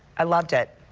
i loved it.